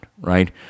right